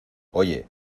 oye